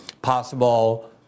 possible